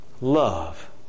Love